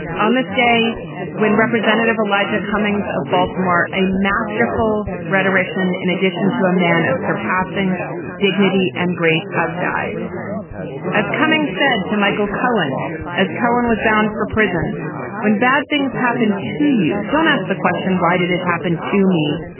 on this day when representative elijah cummings of baltimore a masterful restoration in addition to a man of surpassing dignity and grace has died as cummings said to michael cohen as cohen was bound for prison when bad things happen to you don't ask the question why did it happen to me.